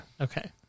Okay